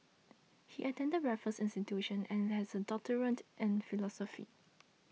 he attended Raffles Institution and has a doctorate and philosophy